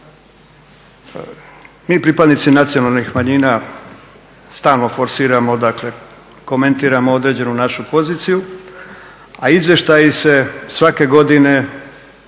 mi pripadnici nacionalnih manjina stalno forsiramo, dakle komentiramo određenu našu poziciju, a izvještaji se svake godine